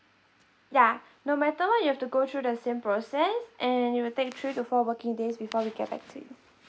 yeah no matter what you have to go through the same process and it will take three to four working days before we get back to you